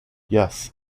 yes